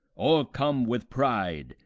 o'ercome with pride,